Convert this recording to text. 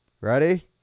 Ready